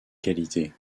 qualité